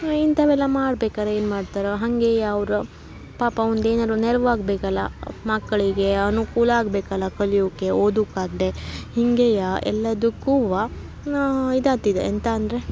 ಇಂಥವೆಲ್ಲ ಮಾಡ್ಬೇಕಾದ್ರೆ ಏನು ಮಾಡ್ತಾರ ಹಂಗೆಯೇ ಅವ್ರು ಪಾಪ ಒಂದು ಏನಾದ್ರು ನೆರ್ವಾಗ ಬೇಕಲ್ಲ ಮಕ್ಕಳಿಗೆ ಅನುಕೂಲ ಆಗಬೇಕಲ್ಲ ಕಲಿಯೋಕ್ಕೆ ಓದುಕ್ಕೆ ಆಗದೆ ಹಿಂಗೆಯೇ ಎಲ್ಲದುಕ್ಕೂ ಇದಾಗ್ತಿದೆ ಎಂತ ಅಂದರೆ